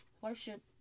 worship